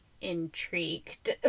intrigued